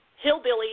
hillbilly